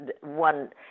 one